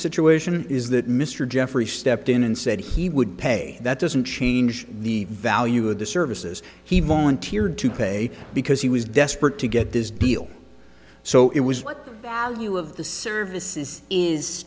situation is that mr jeffrey stepped in and said he would pay that doesn't change the value of the services he volunteered to pay because he was desperate to get this deal so it was what value of the services is